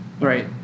Right